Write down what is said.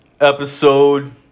Episode